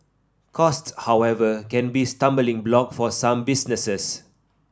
cost however can be stumbling block for some businesses